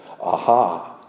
Aha